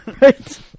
Right